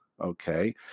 Okay